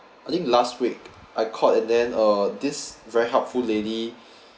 I think last week I called and then uh this very helpful lady